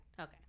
Okay